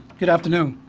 good afternoon.